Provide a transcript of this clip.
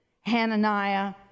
hananiah